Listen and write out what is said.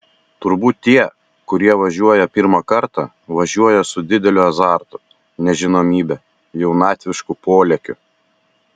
turbūt tie kurie važiuoja pirmą kartą važiuoja su dideliu azartu nežinomybe jaunatvišku polėkiu